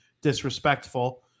disrespectful